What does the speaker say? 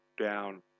down